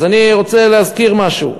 אז אני רוצה להזכיר משהו.